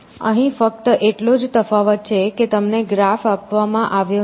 અહીં ફક્ત એટલો જ તફાવત છે કે તમને ગ્રાફ આપવામાં આવ્યો નથી